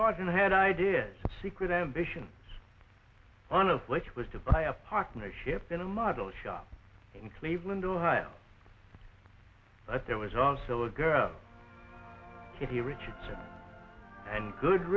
boston had i d s secret ambition one of which was to buy a partnership in a model shop in cleveland ohio but there was also a girl kitty richardson and good